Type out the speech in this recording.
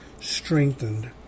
strengthened